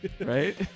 Right